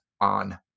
on